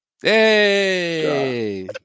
Hey